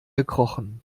gekrochen